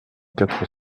quatre